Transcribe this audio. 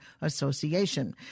Association